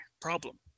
problem